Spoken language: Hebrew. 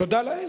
תודה לאל.